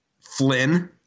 Flynn